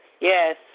Yes